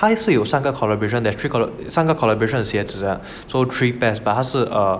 high 是有三个 collaboration that three 三个 collaboration 的鞋子 right